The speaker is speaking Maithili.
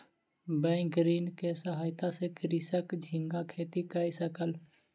बैंक ऋण के सहायता सॅ कृषक झींगा खेती कय सकल